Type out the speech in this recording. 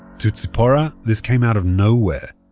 to tzipora, this came out of nowhere.